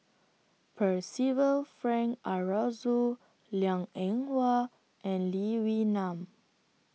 Percival Frank Aroozoo Liang Eng Hwa and Lee Wee Nam